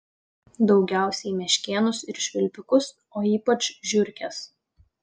daugiausiai meškėnus ir švilpikus o ypač žiurkes